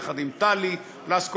יחד עם טלי פלוסקוב,